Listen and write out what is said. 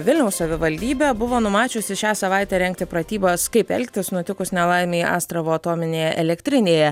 vilniaus savivaldybė buvo numačiusi šią savaitę rengti pratybas kaip elgtis nutikus nelaimei astravo atominėje elektrinėje